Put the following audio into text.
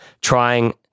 trying